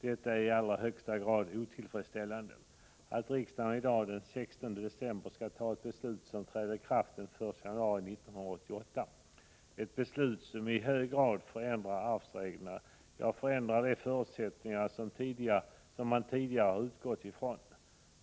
Det är i allra högsta grad otillfredsställande att riksdagen i dag, den 16 december, skall fatta ett beslut som träder i kraft den 1 januari 1988. Det rör sig om ett beslut som i hög grad förändrar arvsreglerna och de förutsättningar man tidigare utgått ifrån.